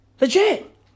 Legit